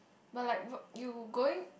but like where~ you going